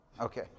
Okay